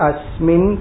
Asmin